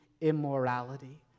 immorality